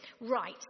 Right